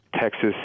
Texas